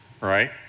right